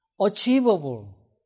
Achievable